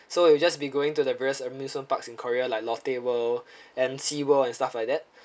so you just be going to the various amusement parks in korea like lotte world and seaworld and stuff like that